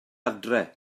adre